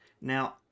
Now